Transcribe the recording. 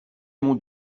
mon